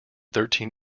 thirteen